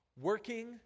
Working